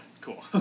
Cool